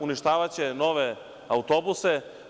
Uništavaće nove autobuse.